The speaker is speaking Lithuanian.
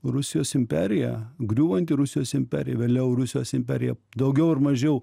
rusijos imperija griūvanti rusijos imperija vėliau rusijos imperiją daugiau ar mažiau